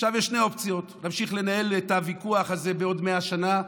עכשיו יש שתי אופציות: להמשיך לנהל את הוויכוח הזה עוד 100 שנה,